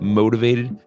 motivated